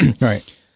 Right